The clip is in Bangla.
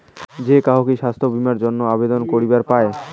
যে কাহো কি স্বাস্থ্য বীমা এর জইন্যে আবেদন করিবার পায়?